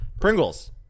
Pringles